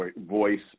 voice